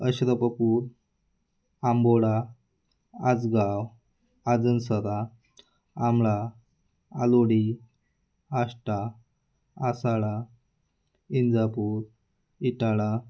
Ashrafpur Amboda Ajgaon Ajansara Amala Alodi Ashta Asala Indapur Itala